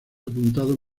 apuntado